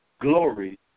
glory